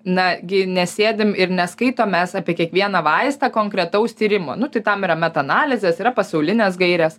na gi nesėdim ir neskaitom mes apie kiekvieną vaistą konkretaus tyrimo nu tai tam yra metaanalizės yra pasaulinės gairės